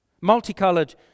Multicolored